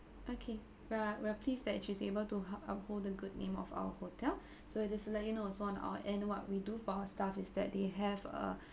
okay we are we are pleased that she's able to hup~ uphold the good name of our hotel so you just like you know so on our end what we do for our staff is that they have uh